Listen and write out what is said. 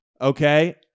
Okay